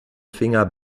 finger